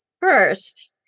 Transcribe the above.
first